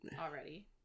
already